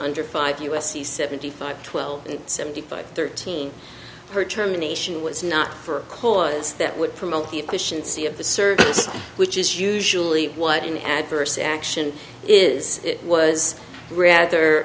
under five u s c seventy five twelve and seventy five thirteen her term nation was not for a cause that would promote the efficiency of the service which is usually what an adverse action is it was rather